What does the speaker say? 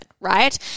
right